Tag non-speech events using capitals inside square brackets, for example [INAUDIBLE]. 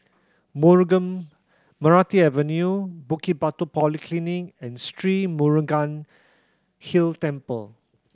[UNINTELLIGIBLE] Meranti Avenue Bukit Batok Polyclinic and Sri Murugan Hill Temple